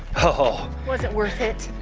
ah was it worth it?